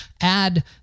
add